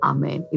Amen